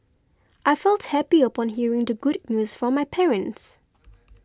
I felt happy upon hearing the good news from my parents